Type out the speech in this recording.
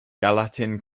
gallatin